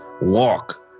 walk